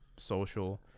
Social